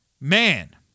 Man